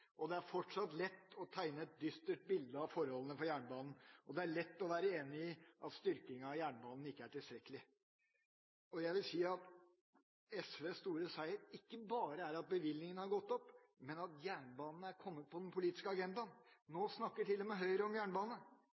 år. Det er fortsatt lett å tegne et dystert bilde av forholdene for jernbanen, og det er lett å være enig i at styrkingen av jernbanen ikke er tilstrekkelig. Jeg vil si at SVs store seier ikke bare er at bevilgningene har gått opp, men at jernbanen er kommet på den politiske agendaen. Nå snakker til og med Høyre om jernbane.